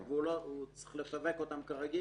הוא צריך לשווק אותן כרגיל.